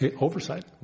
oversight